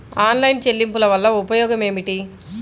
Online చెల్లింపుల వల్ల ఉపయోగమేమిటీ?